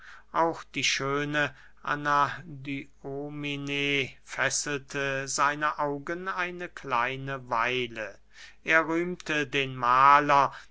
auch die schöne anadyomene fesselte seine augen eine kleine weile er rühmte den mahler